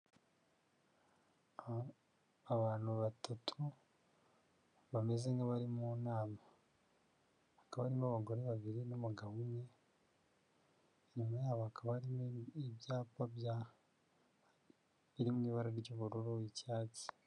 Abantu batatu bameze nk'abari mu nama hakaba harimo abagore babiri n'umugabo umwe, inyuma yabo hakaba harimo ibyapa bya biri mu ibara ry'ubururu, icyatsi.